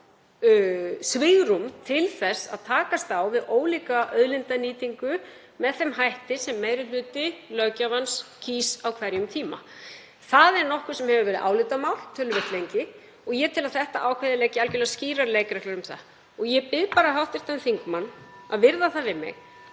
svigrúm til þess að takast á við ólíka auðlindanýtingu með þeim hætti sem meiri hluti löggjafans kýs á hverjum tíma. Það er nokkuð sem verið hefur álitamál töluvert lengi og ég tel að þetta ákvæði leggi algerlega skýrar leikreglur um það. Ég bið bara hv. þingmann að virða það við mig